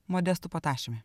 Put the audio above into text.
modestu patašiumi